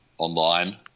Online